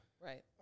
Right